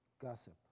Gossip